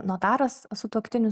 notaras sutuoktinius